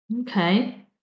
okay